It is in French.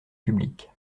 public